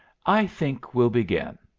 i think we'll begin.